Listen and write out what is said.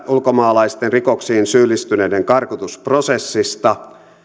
ulkomaalaisten rikoksiin syyllistyneiden karkotusprosessista